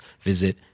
visit